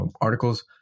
articles